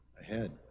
ahead